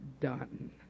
done